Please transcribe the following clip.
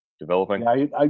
developing